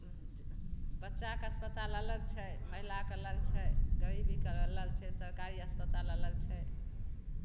बच्चाके अस्पताल अलग छै महिलाके अलग छै गरीबीके अलग छै सरकारी अस्पताल अलग छै